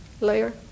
layer